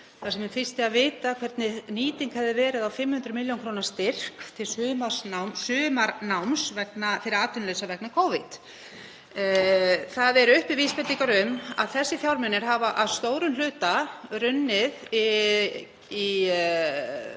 þar sem mig fýsti að vita hvernig nýting hefði verið á 500 millj. kr. styrk til sumarnáms fyrir atvinnulausa vegna Covid. Það eru uppi vísbendingar um að þessir fjármunir hafi að stórum hluta runnið í